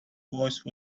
voice